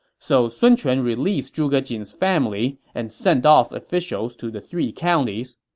so sun quan released zhuge jin's family and sent off officials to the three counties.